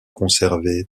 conservée